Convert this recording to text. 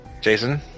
Jason